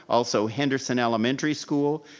also henderson elementary school.